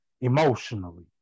emotionally